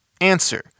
Answer